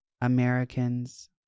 Americans